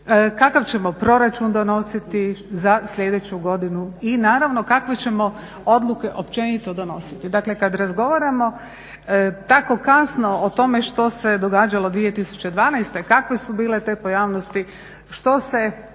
kakav ćemo proračun donositi za sljedeću godinu i naravno kakve ćemo odluke općenito donositi. Dakle, kad razgovaramo tako kasno o tome što se događalo 2012., kakve su bile te pojavnosti, što se